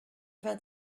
vingt